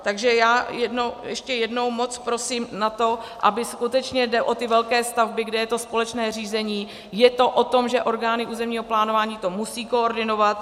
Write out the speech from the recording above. Takže já ještě jednou moc prosím o to, aby skutečně, jde o ty velké stavby, kde je to společné řízení, je to o tom, že orgány územního plánování to musejí koordinovat.